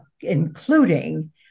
including